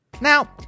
Now